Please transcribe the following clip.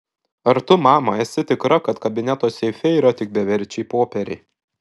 ar tu mama esi tikra kad kabineto seife yra tik beverčiai popieriai